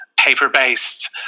paper-based